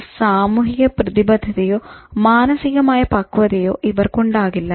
ഒരു സാമൂഹിക പ്രതിബദ്ധതയോ മാനസികമായ പക്വതയോ ഇവർക്കുണ്ടാവില്ല